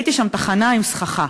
וראיתי שם תחנה עם סככה.